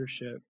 leadership